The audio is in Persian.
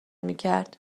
میکرد